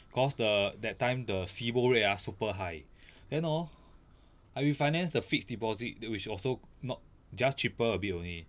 cause the that time the SIBOR rate ah super high then orh I refinance the fixed deposit which also not just cheaper a bit only